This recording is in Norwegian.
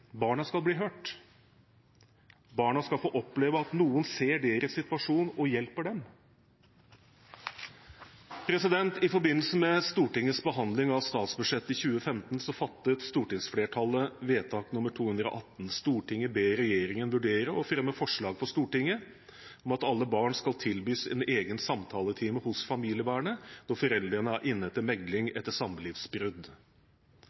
barna skal bli hørt, barna skal få oppleve at noen ser deres situasjon og hjelper dem. I forbindelse med Stortingets behandling av statsbudsjettet 2015 fattet stortingsflertallet vedtak nr. 218: «Stortinget ber regjeringen vurdere å fremme forslag for Stortinget om at alle barn skal tilbys en egen samtaletime hos familievernet når foreldrene er inne til mekling etter samlivsbrudd.»